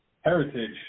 heritage